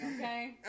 okay